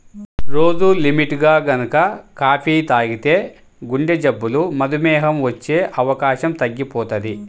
రోజూ లిమిట్గా గనక కాపీ తాగితే గుండెజబ్బులు, మధుమేహం వచ్చే అవకాశం తగ్గిపోతది